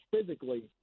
physically